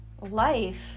life